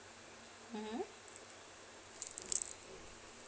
mmhmm